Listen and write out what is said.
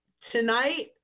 tonight